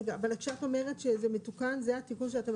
רגע אבל שאת אומרת שזה מתוקן זה התיקון שאתם